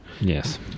Yes